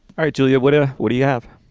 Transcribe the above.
right. julia, what? ah what do you have?